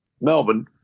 Melbourne